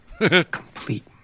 complete